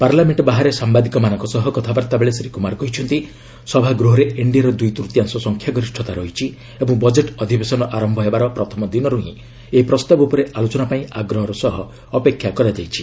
parliament ବାହାରେ ସାମ୍ଭାଦିକମାନଙ୍କ ସହ କଥାବାର୍ତ୍ତାବେଳେ ଶ୍ରୀକୁମାର କହିଛନ୍ତି ସଭାଗୃହରେ ଏନ୍ଡିଏର ଦୁଇ ତୃତୀୟାଂଶ ସଂଖ୍ୟା ଗରିଷ୍ଠତା ରହିଛି ଏବଂ ବଜେଟ୍ ଅଧିବେଶନ ଆରମ୍ଭ ହେବାର ପ୍ରଥମ ଦିନରୁ ଏହି ପ୍ରସ୍ତାବ ଉପରେ ଆଲୋଚନା ପାଇଁ ଆଗ୍ରହର ସହ ଅପେକ୍ଷା କରାଯାଇଛି